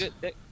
good